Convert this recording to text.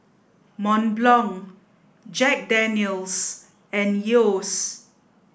Mont Blanc Jack Daniel's and Yeo's